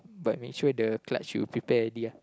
but make sure the clutch you prepare already ah